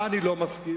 מה אני לא מסכים?